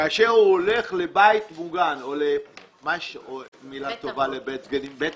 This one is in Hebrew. כאשר הוא הולך לבית מוגן או לבית אבות,